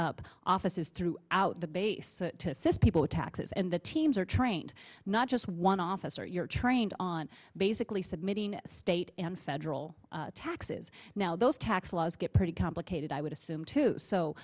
up offices through out the base to assist people with taxes and the teams are trained not just one officer you're trained on basically submitting state and federal taxes now those tax laws get pretty complicated i would assume too so